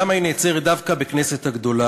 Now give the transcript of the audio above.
למה היא נעצרת דווקא בכנסת הגדולה?